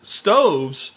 stoves